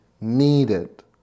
needed